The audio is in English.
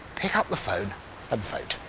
pick up the phone and vote.